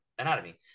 Anatomy